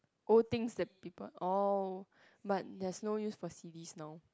old things that people oh but there's no use for C_Ds now